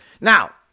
Now